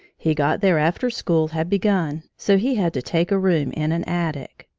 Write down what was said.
he got there after school had begun, so he had to take a room in an attic.